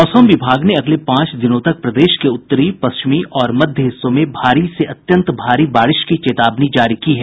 मौसम विभाग ने अगले पांच दिनों तक प्रदेश के उत्तरी पश्चिमी और मध्य हिस्सों में भारी से अत्यंत भारी बारिश की चेतावनी जारी की है